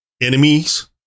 enemies